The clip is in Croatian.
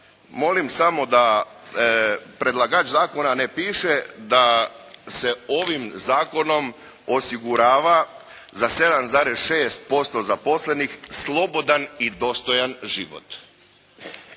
molim samo da predlagač zakona ne piše da se ovim zakonom osigurava za 7,6% zaposlenih slobodan i dostojan život.